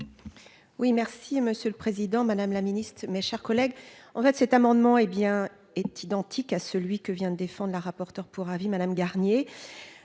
Oui, merci Monsieur le Président, Madame la Ministre, mes chers collègues, en fait, cet amendement, hé bien est identique à celui que vient défendent la rapporteure pour avis Madame Garnier